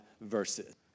verses